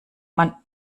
man